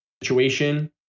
situation